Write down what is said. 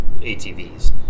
ATVs